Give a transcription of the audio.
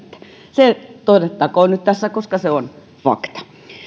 se todettakoon nyt tässä koska se on fakta